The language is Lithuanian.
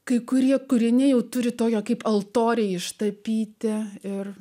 kai kurie kūriniai jau turi tokio kaip altoriai ištapyti ir